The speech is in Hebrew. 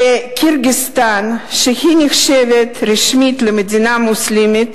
בקירגיסטן, שנחשבת רשמית למדינה מוסלמית,